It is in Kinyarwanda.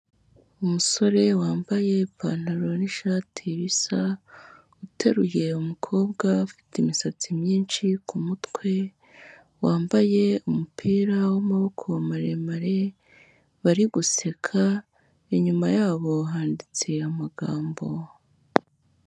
Umusore wambaye ipantaro n'ishati bisa, uteruye umukobwa ufite imisatsi myinshi ku mutwe, wambaye umupira w'amaboko maremare, bari guseka, inyuma yabo handitse amagambo.